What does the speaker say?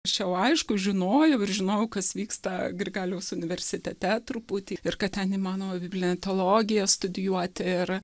aš jau aišku žinojau ir žinojau kas vyksta grigaliaus universitete truputį ir kad ten įmanoma biblinę teologiją studijuoti ir